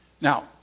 Now